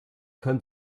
kann